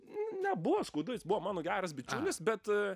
nebuvo skaudu jis buvo mano geras bičiulis bet